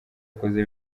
akoze